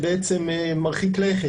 משהו מרחיק לכת,